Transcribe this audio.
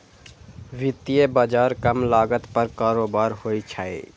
वित्तीय बाजार कम लागत पर कारोबार होइ छै